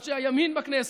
אנשי הימין בכנסת,